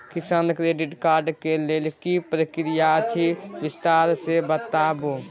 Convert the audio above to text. किसान credit card के लेल की प्रक्रिया अछि विस्तार से बताबू?